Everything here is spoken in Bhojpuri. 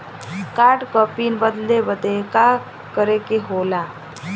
कार्ड क पिन बदले बदी का करे के होला?